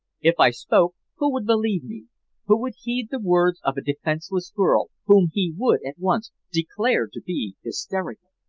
if i spoke, who would believe me who would heed the words of a defenseless girl whom he would at once declare to be hysterical?